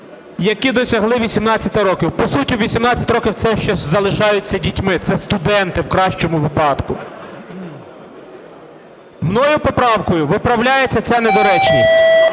які досягли 18 років. По суті в 18 років – це ще залишаються дітьми, це студенти в кращому випадку. Моєю поправкою виправляється ця недоречність